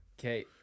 Okay